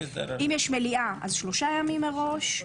אם יש מליאה אז שלושה ימים מראש.